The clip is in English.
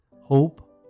hope